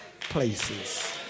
places